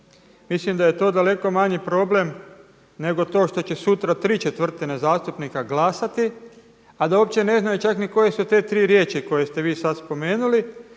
Mislim da je to daleko manji problem, nego to što će sutra 3/4 zastupnika glasati, a da uopće ne znaju čak niti koje su to te tri riječi koje ste vi sada spomenuli,